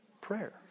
prayer